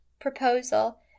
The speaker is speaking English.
proposal